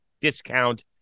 discount